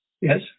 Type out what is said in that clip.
yes